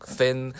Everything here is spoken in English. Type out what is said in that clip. thin